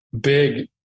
big